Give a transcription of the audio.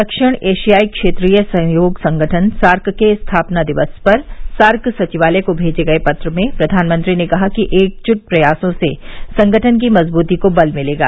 दक्षिण एरियाई क्षेत्रीय सहयोग संगठन सार्क के स्थापना दिवस पर सार्क सचिवालय को मेजे गए पत्र में प्रधानमंत्री ने कहा कि एकजुट प्रयासों से संगठन की मजबूती को दल मिलेगा